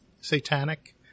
satanic